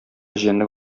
җәнлек